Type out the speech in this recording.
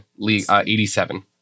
87